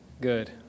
Good